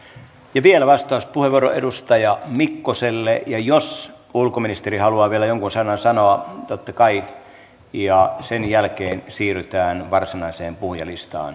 ja vielä vastauspuheenvuoro edustaja mikkoselle ja jos ulkoministeri haluaa vielä jonkun sanan sanoa totta kai ja sen jälkeen siirrytään varsinaiseen puhujalistaan